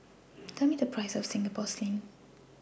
Tell Me The Price of Singapore Sling